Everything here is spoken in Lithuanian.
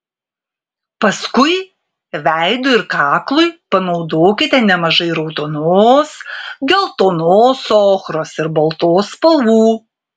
paskui veidui ir kaklui panaudokite nemažai raudonos geltonos ochros ir baltos spalvų